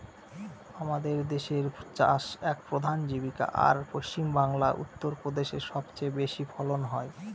আমাদের দেশের চাষ এক প্রধান জীবিকা, আর পশ্চিমবাংলা, উত্তর প্রদেশে সব চেয়ে বেশি ফলন হয়